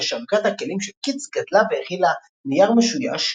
כאשר ערכת הכלים של קיטס גדלה והכילה נייר משויש,